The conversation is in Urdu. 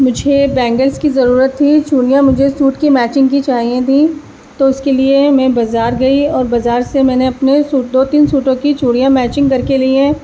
مجھے بینگلس کی ضرورت تھی چوڑیاں مجھے سوٹ کی میچنگ کی چاہیے تھیں تو اس کے لیے میں بازار گئی اور بازار سے میں نے اپنے سوٹوں تین سوٹوں کی چوڑیاں میچنگ کر کے لی ہیں